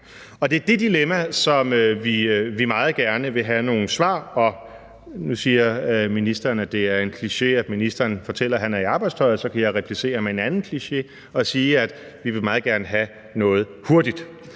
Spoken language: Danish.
og det er det dilemma, som vi meget gerne vil have nogle svar på. Nu siger ministeren, at det er en kliché, at ministeren fortæller, han er i arbejdstøjet, og så kan jeg replicere med en anden kliché og sige, at vi meget gerne vil have noget hurtigt.